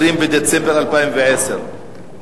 20 בדצמבר 2010,